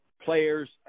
players